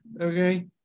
okay